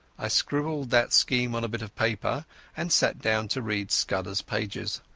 i scribbled that scheme on a bit of paper and sat down to read scudderas pages.